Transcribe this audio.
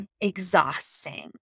exhausting